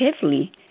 heavily